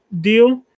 deal